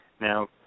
Now